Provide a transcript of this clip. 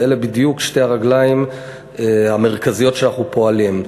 ואלה בדיוק שתי הרגליים המרכזיות שאנחנו פועלים אתן.